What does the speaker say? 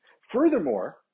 Furthermore